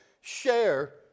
Share